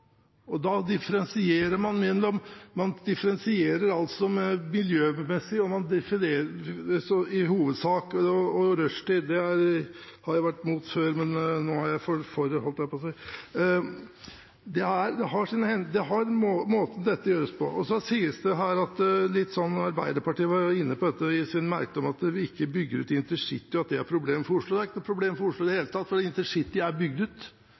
Man differensierer altså i hovedsak miljømessig og med rushtid. Det har jeg vært imot før, men nå er jeg for, holdt jeg på å si. Måten dette gjøres på, har sin hensikt. Arbeiderpartiet var inne på i sin merknad at vi ikke bygger ut InterCity, og at det er et problem for Oslo. Det er ikke noe problem for Oslo i det hele tatt, for InterCity er bygd ut